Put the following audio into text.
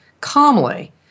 calmly